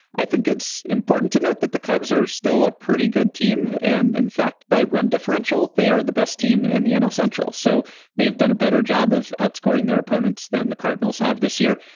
i think it's important to note that the cubs are still a pretty good team and in fact by run differential they are the best team in the nl central. so they've done a better job of outscoring their opponents than the cardinals have this year.